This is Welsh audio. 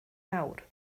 nawr